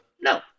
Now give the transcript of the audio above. No